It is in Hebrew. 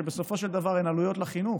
שבסופו של דבר הן עלויות לחינוך,